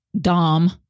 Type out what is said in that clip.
Dom